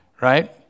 right